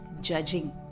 judging